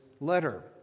letter